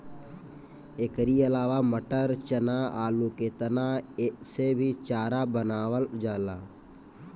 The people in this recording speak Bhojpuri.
एकरी अलावा मटर, चना, आलू के तना से भी चारा बनावल जाला